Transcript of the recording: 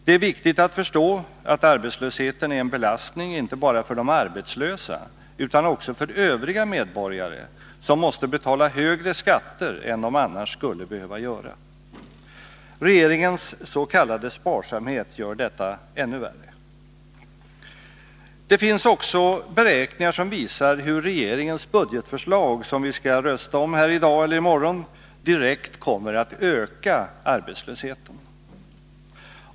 Det är viktigt att förstå att arbetslösheten är en belastning inte bara för de arbetslösa utan också för övriga medborgare, som måste betala högre skatter än de annars skulle behöva göra. Regeringens s.k. sparsamhet gör detta ännu värre. Det finns också beräkningar som visar hur regeringens budgetförslag, som vi skall rösta om här i dag eller i morgon, direkt kommer att öka arbetslösheten.